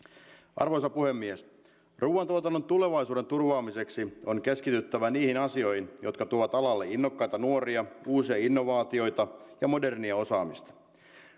arvoisa puhemies ruuantuotannon tulevaisuuden turvaamiseksi on keskityttävä niihin asioihin jotka tuovat alalle innokkaita nuoria uusia innovaatioita ja modernia osaamista